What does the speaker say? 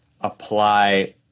apply